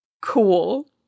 Cool